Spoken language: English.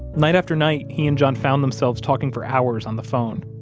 night after night, he and john found themselves talking for hours on the phone.